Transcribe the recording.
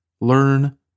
learn